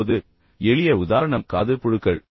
இப்போது எளிய உதாரணம் காது புழுக்கள்